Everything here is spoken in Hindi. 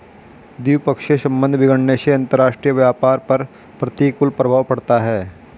द्विपक्षीय संबंध बिगड़ने से अंतरराष्ट्रीय व्यापार पर प्रतिकूल प्रभाव पड़ता है